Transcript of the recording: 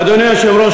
אדוני היושב-ראש,